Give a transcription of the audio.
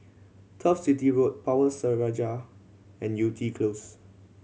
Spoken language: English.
Turf City Road Power Seraya and Yew Tee Close